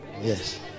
Yes